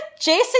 Jason